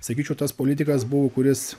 sakyčiau tas politikas buvo kuris